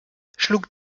schlug